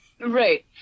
Right